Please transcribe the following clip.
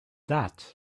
that